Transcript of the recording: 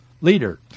leader